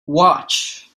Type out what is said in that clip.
watch